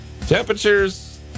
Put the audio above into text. Temperatures